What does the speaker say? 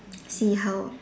see how